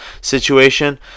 situation